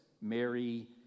Mary